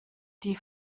die